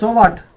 so want